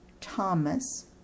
Thomas